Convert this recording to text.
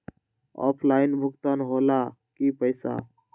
Offline भुगतान हो ला कि पईसा?